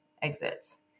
exits